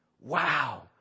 Wow